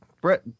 Brett